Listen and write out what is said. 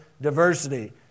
diversity